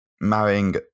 marrying